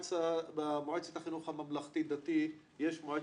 יש מועצת חינוך ממלכתי-דתי.